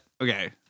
Okay